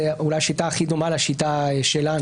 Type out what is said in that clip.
זו אולי השיטה הכי דומה לשיטה שלנו.